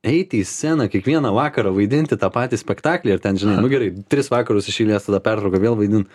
eiti į sceną kiekvieną vakarą vaidinti tą patį spektaklį ir ten žinai nu gerai tris vakarus iš eilės tada pertrauka vėl vaidint